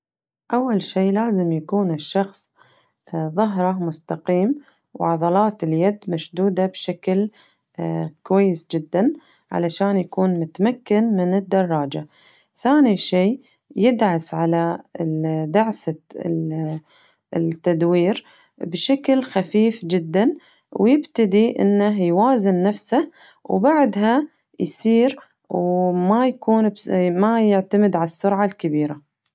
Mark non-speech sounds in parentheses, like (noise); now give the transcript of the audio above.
أول شي لازم يكون الشخص ظهره مستقيم وعضلات اليد مشدودة بشكل (hesitation) كويس جداً علشان يكون متمكن من الدراجة، ثاني شي يدعس على دعسة ال (hesitation) التدوير بشكل خفيف جداً ويبتدي إنه يوازن نفسه وبعدها يسير وما يكون (unintelligible) ما يعتمد على السرعة الكبيرة.